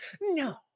no